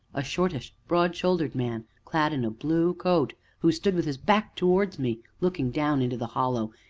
a shortish, broad-shouldered man, clad in a blue coat, who stood with his back towards me, looking down into the hollow,